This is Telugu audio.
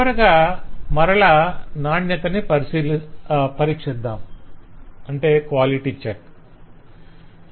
చివరగా మరల నాణ్యతని పరీక్షిద్దాం క్వాలిటీ చెక్ quality check